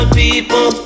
people